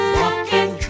walking